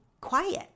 quiet